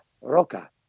roca